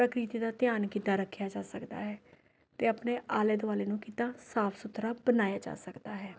ਪ੍ਰਕਿਰਤੀ ਦਾ ਧਿਆਨ ਕਿੱਦਾਂ ਰੱਖਿਆ ਜਾ ਸਕਦਾ ਹੈ ਅਤੇ ਆਪਣੇ ਆਲ਼ੇ ਦੁਆਲ਼ੇ ਨੂੰ ਕਿੱਦਾਂ ਸਾਫ ਸੁਥਰਾ ਬਣਾਇਆ ਜਾ ਸਕਦਾ ਹੈ